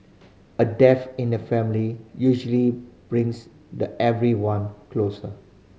a death in the family usually brings the everyone closer